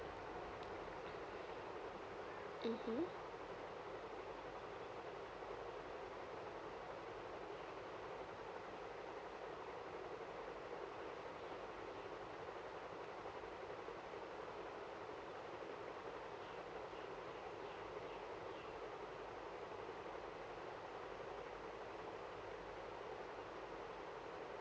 mmhmm